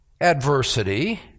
adversity